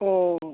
औ